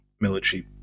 military